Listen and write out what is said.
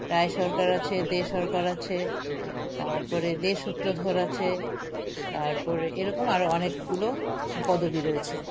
রায় সরকার আছে দে সরকার আছে তারপরে দেশ সুত্রধর আছে তারপরে এরকম আরও অনেকগুলো পদবী রয়েছে